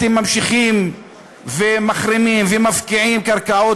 אתם ממשיכים ומחרימים ומפקיעים קרקעות